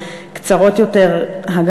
וקצרות יותר,